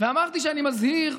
ואמרתי שאני מזהיר,